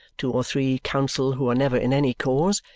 two or three counsel who are never in any cause,